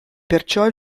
perciò